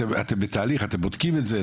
אתם בתהליך, אתם בודקים את זה?